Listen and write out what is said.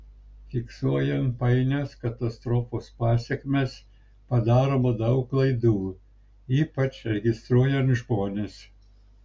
fiksuojant painias katastrofos pasekmes padaroma daug klaidų ypač registruojant žmones